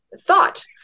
thought